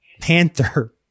Panther